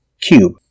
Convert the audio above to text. Cube